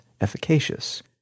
efficacious